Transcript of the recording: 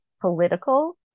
political